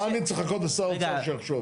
מה אני צריך לחכות לשר אוצר שיחשוב,